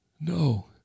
No